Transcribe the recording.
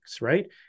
Right